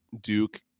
Duke